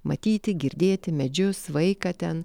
matyti girdėti medžius vaiką ten